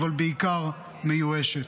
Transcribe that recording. אבל בעיקר מיואשת.